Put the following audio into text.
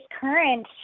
current